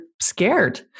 scared